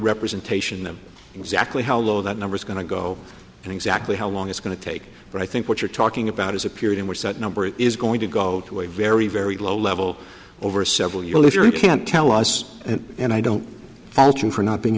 representation them exactly how low that number is going to go and exactly how long it's going to take but i think what you're talking about is a period in which that number is going to go to a very very low level over several you lose your you can't tell us and i don't fault you for not being